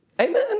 Amen